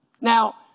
Now